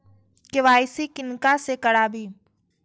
KYC किनका से कराबी?